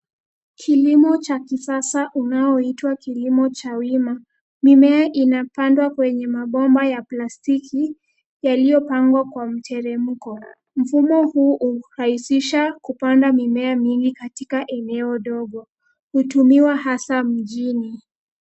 Kilimo cha kisasa unaoitwa kilimo cha wima, mimea inapandwa kwenye mabomba ya plastiki yaliyopandwa kwa mteremko. Mfumo huu hurahisisha kupanda mimea mingi katika eneo dogo. Hutumiwa hasa mjini.